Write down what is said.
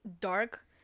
dark